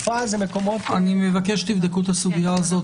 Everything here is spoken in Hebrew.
אני מבקש שתבדקו את הסוגיה הזאת.